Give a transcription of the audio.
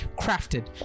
crafted